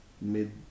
mid